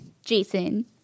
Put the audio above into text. Jason